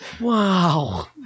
wow